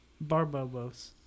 Barbados